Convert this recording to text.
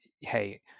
hey